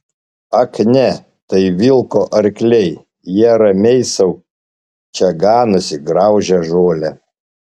ak ne tai vilko arkliai jie ramiai sau čia ganosi graužia žolę